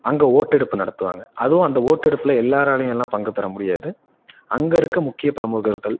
அங்கே ஓட்டெடுப்பு நடத்துவாங்க அதுவும் அந்த ஓட்டெடுப்பில் எல்லாரலேயுலாம் பங்குபெற முடியாது அங்கே இருக்க முக்கிய பிரமுகர்கள்